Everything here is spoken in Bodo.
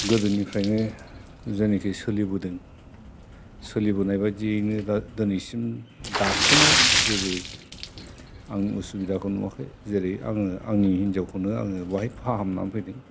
गोदोनिफ्रायनो जेनाखि सोलिबोदों सोलिबोनाय बादियैनो दा दोनैसिम दासिमाव जेबो आं उसुबिदाखौ नुवाखै जेरै आङो आंनि हिनजावखौनो आङो बेहाय फाहामनानै फैदों